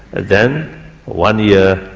then one year,